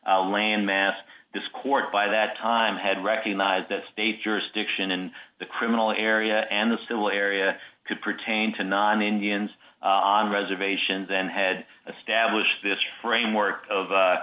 s landmass this court by that time had recognized that state jurisdiction in the criminal area and the civil area could pertain to non indians on reservations and had established this framework of